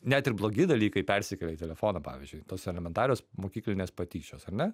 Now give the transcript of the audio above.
net ir blogi dalykai persikelia į telefoną pavyzdžiui tos elementarios mokyklinės patyčios ar ne